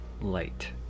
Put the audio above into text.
light